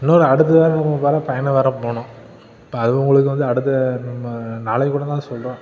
இன்னொரு அடுத்த வேற பயணம் வேற போகணும் இப்போ அது உங்களுக்கு வந்து அடுத்த நம்ம நாளைக்கு கூட நான் சொல்கிறோம்